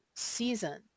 season